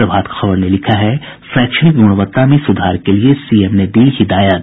प्रभात खबर ने लिखा है शैक्षणिक गुणवत्ता में सुधार के लिए सीएम ने दी हिदायत